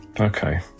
Okay